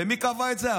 ומי קבע את זה?